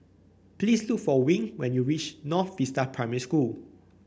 please look for Wing when you reach North Vista Primary School